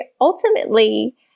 ultimately